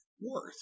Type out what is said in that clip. worth